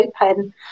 open